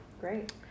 great